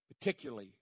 particularly